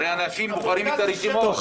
הרי אנשים בוחרים את הרשימות.